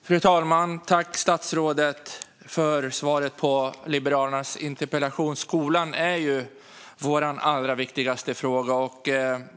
Fru talman! Tack, statsrådet, för svaret på Liberalernas interpellation! Skolan är vår allra viktigaste fråga.